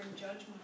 judgment